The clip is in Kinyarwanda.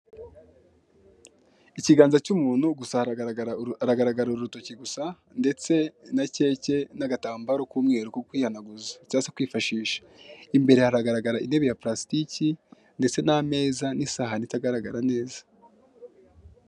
Ikiganza cy'umuntu gusa haragaraga urutoki gusa ndetse na keke n'agatambaro k'umweru ko kwihanaguza cyangwa se kwifashisha, imbere haragaragara intebe ya pulasitiki ndetse n'ameza n'isahani itagaragara neza.